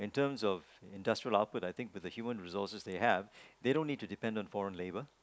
terms of industrial output I think that the human resources that they have they don't need to depend on foreign labour